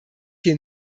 hier